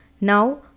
Now